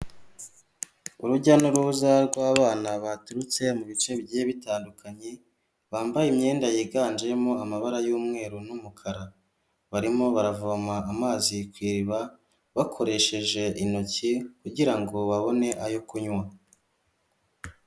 Urujya n'uruza rw'abana baturutse mu bice bigiye bitandukanye, bambaye imyenda yiganjemo amabara y'umweru n'umukara, barimo baravoma amazi ku iriba bakoresheje intoki kugira ngo babone ayo kunywa.